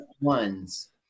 ones